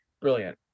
brilliant